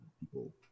people